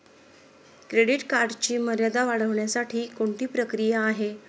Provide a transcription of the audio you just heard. Credit कार्डची मर्यादा वाढवण्यासाठी कोणती प्रक्रिया आहे?